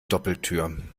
doppeltür